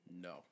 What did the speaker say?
No